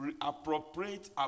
appropriate